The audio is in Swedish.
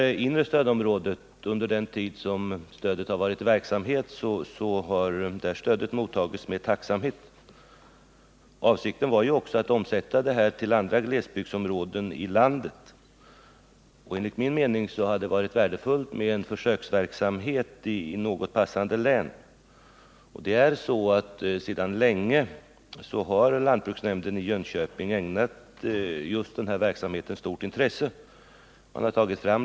I det inre stödområdet har detta stöd mottagits med tacksamhet under den tid stödet har funnits. Avsikten var att omsätta denna idé också i andra glesbygdsområden i landet. Enligt min mening hade det varit värdefullt med en försöksverksamhet i något passande län. Sedan länge har lantbruksnämnden i Jönköpings län ägnat just denna verksamhet stort intresse.